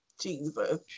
Jesus